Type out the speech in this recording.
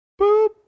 Boop